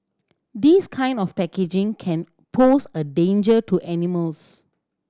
this kind of packaging can pose a danger to animals